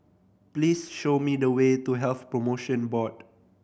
please show me the way to Health Promotion Board